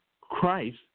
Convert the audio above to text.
Christ